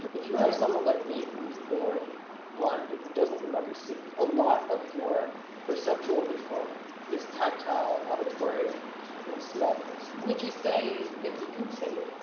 if you have someone like me, who was born blind and who doesn't remember seeing, a lot of your perceptual info is tactile, auditory and smell based. would you say that you can see?